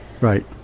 Right